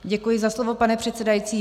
Děkuji za slovo, pane předsedající.